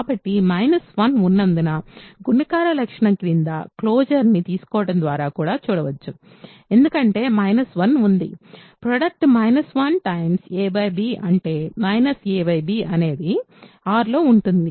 కాబట్టి 1 ఉన్నందున గుణకార లక్షణం కింద క్లోషర్ ని తీసుకోవడం ద్వారా కూడా చూడవచ్చు ఎందుకంటే 1 ఉంది ప్రోడక్ట్ 1 a b అంటే a b అనేది R లో ఉంటుంది